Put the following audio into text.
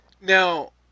Now